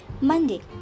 Monday